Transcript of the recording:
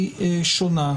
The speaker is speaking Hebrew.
שונה.